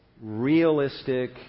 realistic